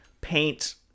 paint